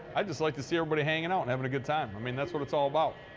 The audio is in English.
i just like to see everybody hanging out and having a good time i mean, that's what it's all about.